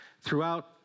throughout